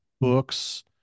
books